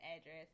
address